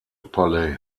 palais